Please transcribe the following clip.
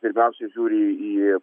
pirmiausia žiūri į